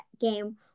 game